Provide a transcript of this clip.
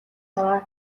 яваа